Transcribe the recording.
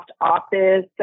Office